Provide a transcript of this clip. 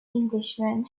englishman